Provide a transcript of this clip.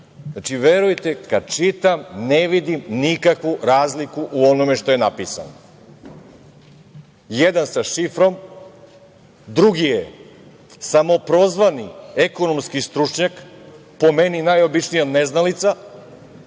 Znači, verujte, kad čitam, ne vidim nikakvu razliku u onome što je napisano. Jedan sa šifrom, drugi je samoprozvani ekonomski stručnjak, po meni najobičnija neznalica,